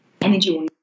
energy